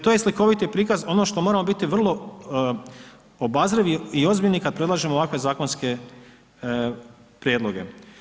To je slikoviti prikaz ono što moramo biti vrlo obazrivi i ozbiljni kad predlažemo ovakve zakonske prijedloge.